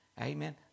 Amen